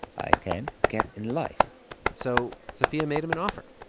i can get in life so sophia made him an offer.